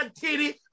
titty